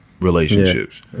relationships